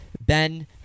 Ben